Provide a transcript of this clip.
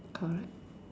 correct